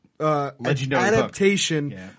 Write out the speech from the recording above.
Adaptation